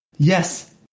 Yes